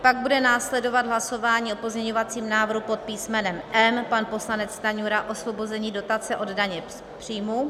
Pak bude následovat hlasování o pozměňovacím návrhu pod písmenem M pan poslanec Stanjura, osvobození dotace od daně z příjmů.